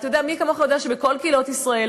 הרי מי כמוך יודע שבכל קהילות ישראל